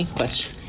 question